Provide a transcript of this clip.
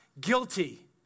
guilty